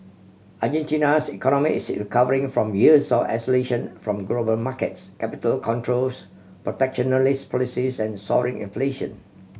Argentina's economy is recovering from years of isolation from global markets capital controls protectionist policies and soaring inflation